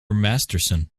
masterson